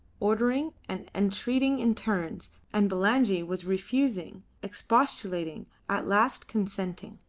ordering and entreating in turns, and bulangi was refusing, expostulating, at last consenting.